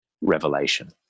revelation